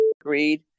agreed